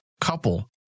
couple